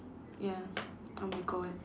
ya oh my god